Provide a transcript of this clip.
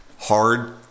hard